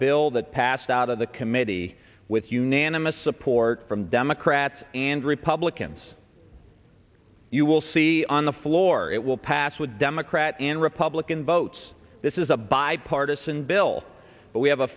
bill that passed out of the committee with unanimous support from democrats and republicans you will see on the floor it will pass with democrat and republican votes this is a bipartisan bill but we have a